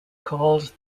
called